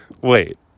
wait